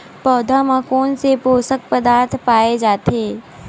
पौधा मा कोन से पोषक पदार्थ पाए जाथे?